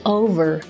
over